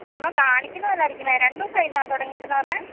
ഒന്ന് കാണിക്കുന്ന നല്ലതായിരിക്കും വരാ രണ്ട് ദിവസമായി എന്നാണ് തുടങ്ങിയിട്ടെന്ന് പറഞ്ഞത്